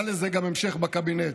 היה לזה גם המשך בקבינט.